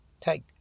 take